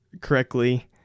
correctly